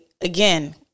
again